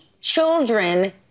children